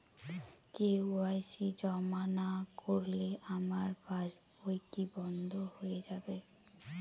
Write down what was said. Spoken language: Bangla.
কে.ওয়াই.সি জমা না করলে আমার পাসবই কি বন্ধ হয়ে যাবে?